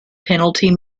penalty